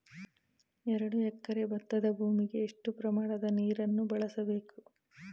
ಎರಡು ಎಕರೆ ಭತ್ತದ ಭೂಮಿಗೆ ಎಷ್ಟು ಪ್ರಮಾಣದ ನೀರನ್ನು ಬಳಸಬೇಕು?